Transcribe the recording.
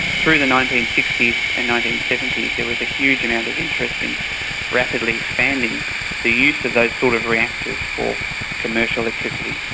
through the nineteen sixty s and nineteen seventy s there was a huge amount of interest in rapidly expanding the use of those sort of reactors for commercial electricity.